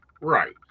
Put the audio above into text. right